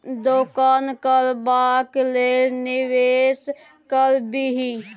दोकान करबाक लेल निवेश करबिही